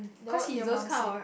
then what did your mum said